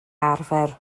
arfer